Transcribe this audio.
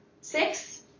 six